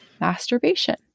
masturbation